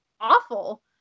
awful